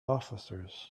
officers